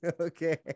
Okay